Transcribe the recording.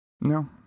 No